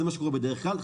וזה מה שקורה בדרך כלל,